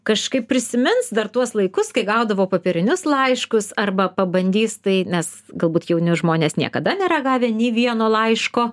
kažkaip prisimins dar tuos laikus kai gaudavo popierinius laiškus arba pabandys tai nes galbūt jauni žmonės niekada nėra gavę nei vieno laiško